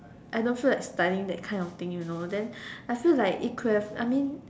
I don't feel like studying that kind of thing you know then I feel like it could have I mean